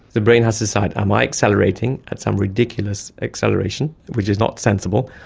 the brain has to decide am i accelerating at some ridiculous acceleration, which is not sensible,